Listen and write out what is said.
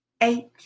eight